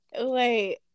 Wait